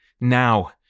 Now